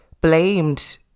blamed